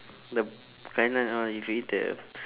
the kai-lan all if you eat the